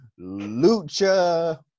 Lucha